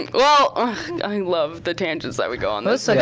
well, ah and i love the tangents that we go on. there's